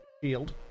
field